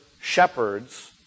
shepherds